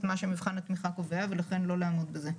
מה שמבחן התמיכה קובע ולכן לא לעמוד בזה.